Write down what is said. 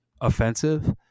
offensive